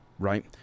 right